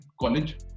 college